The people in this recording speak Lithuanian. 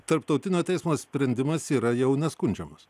tarptautinio teismo sprendimas yra jau neskundžiamas